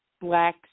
black